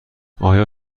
آیا